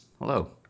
Hello